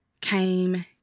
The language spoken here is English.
came